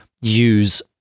use